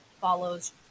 follows